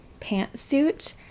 pantsuit